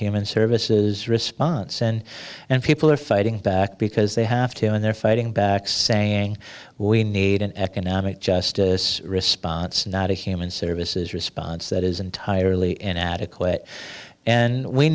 human services response and and people are fighting back because they have to and they're fighting back saying we need an economic justice response not a human services response that is entirely inadequate and we